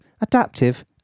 adaptive